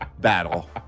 battle